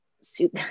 suit